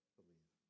believe